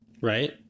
Right